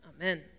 amen